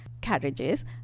carriages